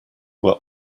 were